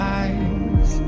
eyes